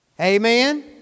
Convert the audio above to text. Amen